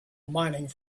mining